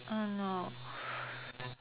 oh no